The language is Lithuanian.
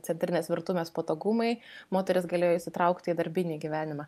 centrinės virtuvės patogumai moteris galėjo įsitraukti į darbinį gyvenimą